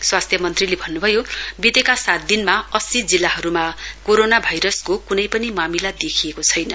स्वास्थ्य मन्त्रीले भन्नुभयो वितेका सात दिनमा अस्सी जिल्लाहरुमा कोरोना भाइरसको कुनै पनि मामिला देखिएको छैन